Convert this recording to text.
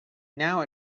now